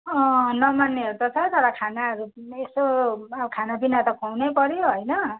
अँ नमान्नेहरू कहाँ छ र खानाहरू यसो खानापिना त खुवाउनै पऱ्यो होइन